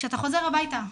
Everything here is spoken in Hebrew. וכשאתה חוזר הבייתה,